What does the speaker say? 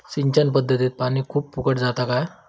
सिंचन पध्दतीत पानी खूप फुकट जाता काय?